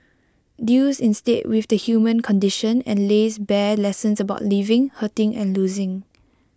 deals instead with the human condition and lays bare lessons about living hurting and losing